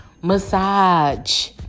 massage